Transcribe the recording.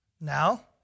Now